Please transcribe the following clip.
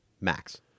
max